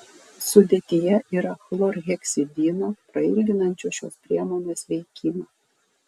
sudėtyje yra chlorheksidino prailginančio šios priemonės veikimą